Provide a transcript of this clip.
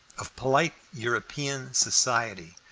of polite european society,